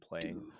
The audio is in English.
playing